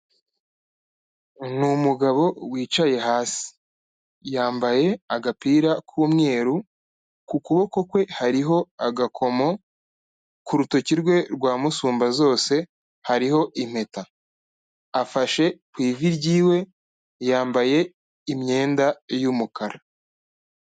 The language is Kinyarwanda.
Ni umugabo wicaye hasi, yambaye agapira k'umweru ku kuboko kwe hariho agakomo, ku rutoki rwe rwa musumbazose hariho impeta. Afashe ku ivi ry'iwe yambaye imyenda y'umukara.